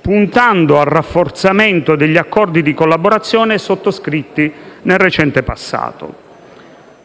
puntando al rafforzamento degli accordi di collaborazione sottoscritti nel recente passato.